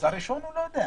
מעצר ראשון הוא לא יודע.